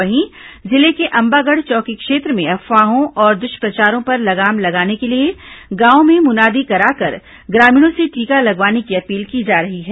वहीं जिले के अंबागढ़ चौकी क्षेत्र में अफवाहों और दुष्प्रचारों पर लगाम लगाने के लिए गांवों में मुनादी कराकर ग्रामीणों से टीका लगवाने की अपील की जा रही है